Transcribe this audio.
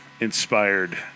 Inspired